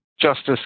justice